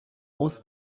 aus